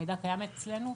המידע קיים אצלנו.